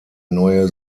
neue